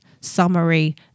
summary